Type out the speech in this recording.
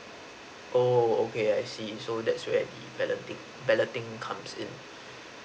oo okay I see so that's where the balloting balloting comes in